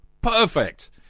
Perfect